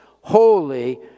holy